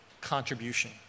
contribution